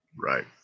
Right